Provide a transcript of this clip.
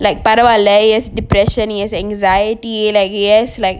like பரவால:paravala he has depression he has anxiety like he has like